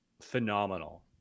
phenomenal